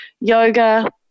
yoga